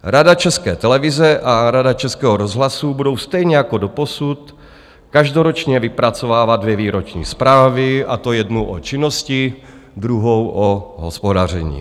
Rada České televize a Rada Českého rozhlasu budou stejně jako doposud každoročně vypracovávat dvě výroční zprávy, a to jednu o činnosti, druhou o hospodaření.